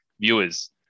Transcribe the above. viewers